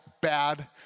bad